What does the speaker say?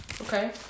Okay